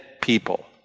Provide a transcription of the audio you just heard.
people